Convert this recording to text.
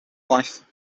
life